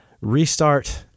restart